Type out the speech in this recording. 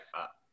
up